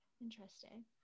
Interesting